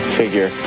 figure